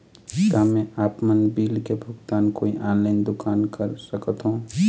का मैं आपमन बिल के भुगतान कोई ऑनलाइन दुकान कर सकथों?